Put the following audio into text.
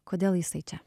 kodėl jisai čia